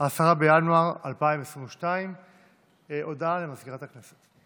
10 בינואר 2022. הודעה למזכירת הכנסת.